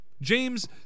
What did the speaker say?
James